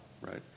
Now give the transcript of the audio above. right